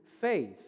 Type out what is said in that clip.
faith